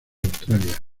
australia